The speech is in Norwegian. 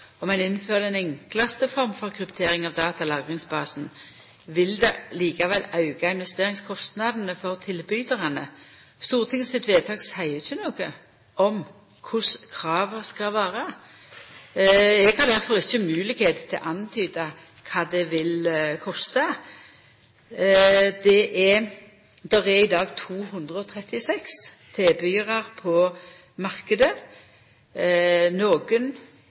om ein innfører den enklaste forma for kryptering av datalagringsbasen, vil det likevel auka investeringskostnadene for tilbydarane. Stortinget sitt vedtak seier ikkje noko om korleis krava skal vera. Eg har difor ikkje moglegheit til å antyda kva det vil kosta. Det er i dag 236 tilbydarar på marknaden. Nokon